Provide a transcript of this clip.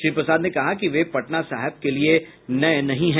श्री प्रसाद ने कहा कि वे पटना सहिब के लिए नये नहीं हैं